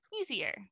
easier